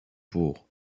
pour